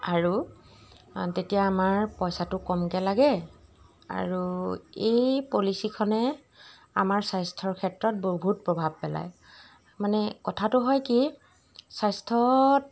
আৰু তেতিয়া আমাৰ পইচাটো কমকৈ লাগে আৰু এই পলিচিখনে আমাৰ স্বাস্থ্যৰ ক্ষেত্ৰত বহুত প্ৰভাৱ পেলায় মানে কথাটো হয় কি স্বাস্থ্যত